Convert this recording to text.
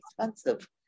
expensive